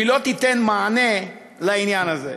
לא תיתן מענה לעניין הזה.